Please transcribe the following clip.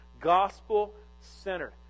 gospel-centered